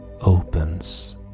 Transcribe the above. opens